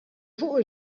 fuq